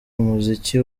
umuziki